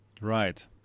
Right